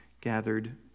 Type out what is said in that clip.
gathered